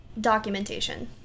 documentation